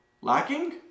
Lacking